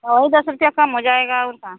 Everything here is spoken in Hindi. वही दस रुपिया कम हो जाएगा और का